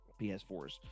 PS4s